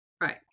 right